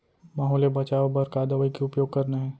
माहो ले बचाओ बर का दवई के उपयोग करना हे?